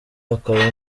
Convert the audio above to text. akaba